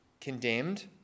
condemned